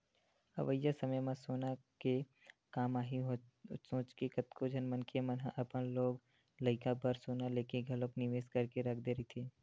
अवइया समे म सोना के काम आही सोचके कतको झन मनखे मन ह अपन लोग लइका बर सोना लेके घलो निवेस करके रख दे रहिथे